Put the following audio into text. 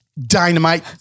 dynamite